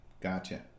Gotcha